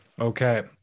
Okay